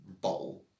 bowl